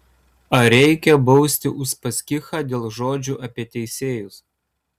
ar reikia bausti uspaskichą dėl žodžių apie teisėjus